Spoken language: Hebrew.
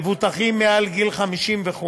מבוטחים מעל גיל 50 וכו'.